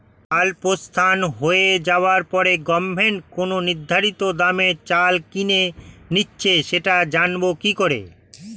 চাল প্রস্তুত হয়ে যাবার পরে গভমেন্ট কোন নির্ধারিত দামে চাল কিনে নিচ্ছে সেটা জানবো কি করে?